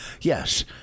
Yes